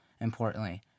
importantly